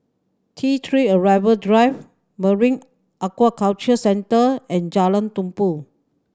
T Three Arrival Drive Marine Aquaculture Centre and Jalan Tumpu